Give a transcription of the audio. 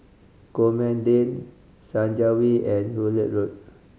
Coleman Lane Senja Way and Hullet Road